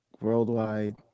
worldwide